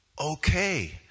Okay